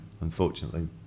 Unfortunately